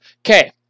Okay